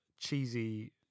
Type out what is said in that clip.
cheesy